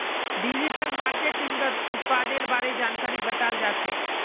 digital मार्केटिंगत उत्पादेर बारे जानकारी बताल जाछेक